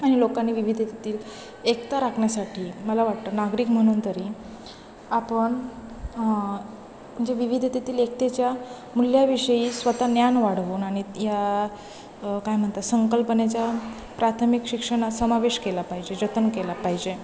आणि लोकांनी विविधतेतील एकता राखण्यासाठी मला वाटतं नागरिक म्हणून तरी आपण म्हणजे विविधतेतील एकतेच्या मूल्याविषयी स्वतः ज्ञान वाढवून आणि या काय म्हणतात संकल्पनेच्या प्राथमिक शिक्षणात समावेश केला पाहिजे जतन केला पाहिजे